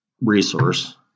resource